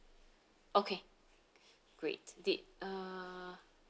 okay great did uh